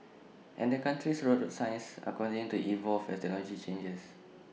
and the country's road signs are continuing to evolve as technology changes